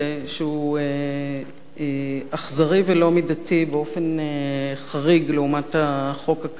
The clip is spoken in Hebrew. שהוא אכזרי ולא מידתי באופן חריג לעומת החוק הקיים,